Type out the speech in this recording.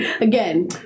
Again